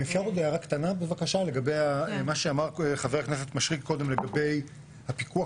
אם אפשר עוד הערה קטנה לגבי מה שאמר חבר הכנסת מישרקי לגבי הפיקוח.